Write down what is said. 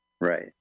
Right